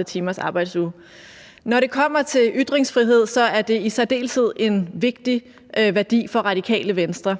37-timers-arbejdsuge Når det kommer til ytringsfrihed, er det i særdeleshed en vigtig værdi for Radikale Venstre.